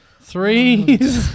Three